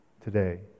today